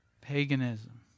Paganism